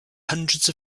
hundreds